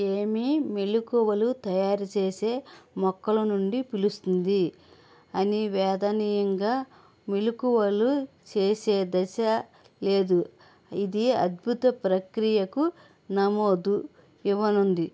ఏమి మెలుకువలు తయారు చేసే మొక్కల నుండి పిలుస్తుంది అని వేదనీయంగా మెలుకువలు చేసే దశ లేదు ఇది అద్భుత ప్రక్రియకు నమోదు ఇవ్వనుంది